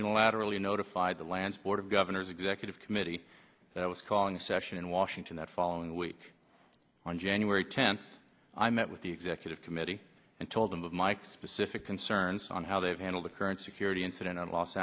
unilaterally notified the lands board of governors executive committee that i was calling session in washington that following week on january tenth i met with the executive committee and told them of my specific concerns on how they've handled the current security incident